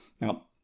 Now